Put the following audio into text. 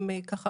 הן ככה,